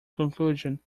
conclusion